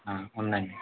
ఉందండి